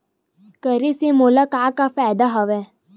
करे से मोला का का फ़ायदा हवय?